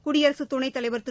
குடியரசுத் துணைத் தலைவா் திரு